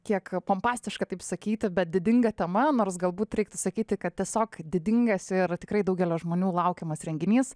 kiek pompastiška taip sakyti bet didinga tema nors galbūt reiktų sakyti kad tiesiog didingas ir tikrai daugelio žmonių laukiamas renginys